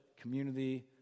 community